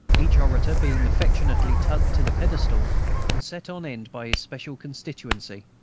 each orator being affectionately tugged to the pedestal and set on end by his special constituency.